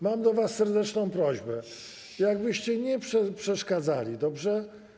Mam do was serdeczną prośbę, żebyście nie przeszkadzali, dobrze?